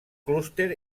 clúster